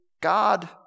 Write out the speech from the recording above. God